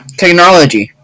technology